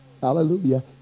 Hallelujah